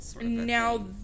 Now